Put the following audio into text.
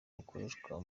bukoreshwa